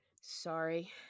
Sorry